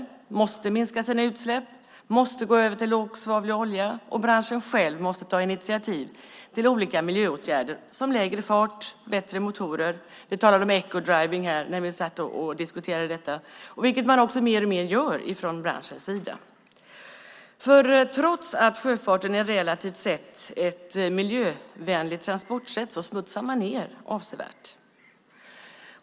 Den måste minska sina utsläpp, måste gå över till lågsvavlig olja, och branschen själv måste ta initiativ till olika miljöåtgärder som lägre fart och bättre motorer. Detta görs också mer och mer från branschens sida. Vi har talat om eco driving när vi diskuterade detta. Trots att sjöfarten relativt sett är ett miljövänligt transportsätt smutsar den ned avsevärt.